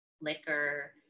liquor